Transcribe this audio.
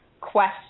question